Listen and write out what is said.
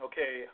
Okay